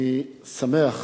אני שמח